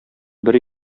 бер